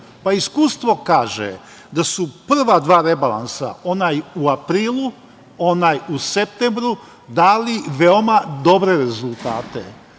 Iskustvo kaže da su prva dva rebalansa onaj u aprilu, onaj u septembru, dali veoma dobre rezultate.